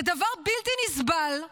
זה דבר בלתי נסבל.